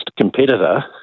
competitor